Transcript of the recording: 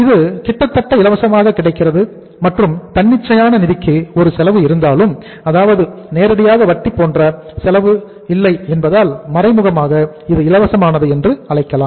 இது கிட்டத்தட்ட இலவசமாக கிடைக்கிறது மற்றும் தன்னிச்சையான நிதிக்கு ஒரு செலவு இருந்தாலும் அதாவது நேரடியாக வட்டி போன்ற செலவு இல்லை என்பதால் மறைமுகமாக இது இலவசமானது என்று அழைக்கலாம்